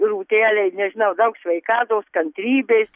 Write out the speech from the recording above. rūtelei nežinau daug sveikatos kantrybės